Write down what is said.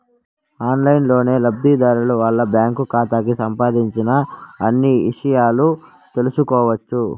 ఆన్లైన్లోనే లబ్ధిదారులు వాళ్ళ బ్యాంకు ఖాతాకి సంబంధించిన అన్ని ఇషయాలు తెలుసుకోవచ్చు